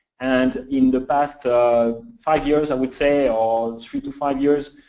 and in the past um five years, i would say, or three to five years,